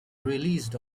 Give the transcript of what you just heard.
released